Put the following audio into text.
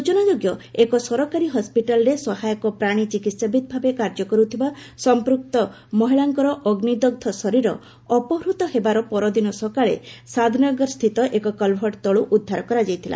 ସ୍ଚଚନାଯୋଗ୍ୟ ଏକ ସରକାରୀ ହସ୍ପିଟାଲରେ ସହାୟକ ପ୍ରାଣୀ ଚିକିତ୍ସାବିତ୍ଭାବେ କାର୍ଯ୍ୟ କରୁଥିବା ସମ୍ପୃକ୍ତ ମହିଳାଙ୍କର ଅଗ୍ନିଦଗ୍ଧ ଶରୀର ଅପହୃତ ହେବାର ପରଦିନ ସକାଳେ ସାଦ୍ନଗର ସ୍ଥିତ ଏକ କଲଭର୍ଟ ତଳୁ ଉଦ୍ଧାର କରାଯାଇଥିଲା